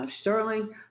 Sterling